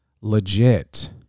legit